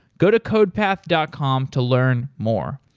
go to codepath dot com to learn more.